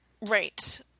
Right